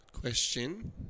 Question